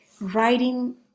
writing